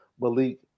Malik